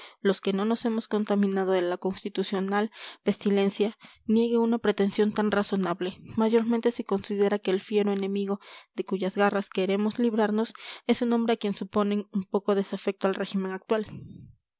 los que no nos hemos contaminado de la constitucional pestilencia niegue una pretensión tan razonable mayormente si considera que el fiero enemigo de cuyas garras queremos librarnos es un hombre a quien suponen un poco desafecto al régimen actual